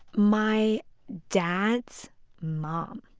my dad's mom.